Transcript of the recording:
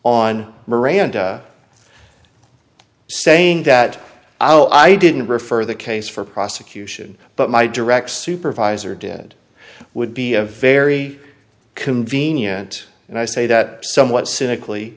on miranda saying that oh i didn't refer the case for prosecution but my direct supervisor did would be a very convenient and i say that somewhat